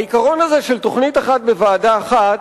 העיקרון הזה של "תוכנית אחת בוועדה אחת"